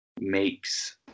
makes